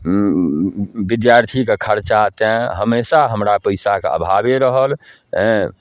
हुँ विद्यार्थीके खरचा तेँ हमेशा हमरा पइसाके अभावे रहल हेँ